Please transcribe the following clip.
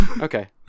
okay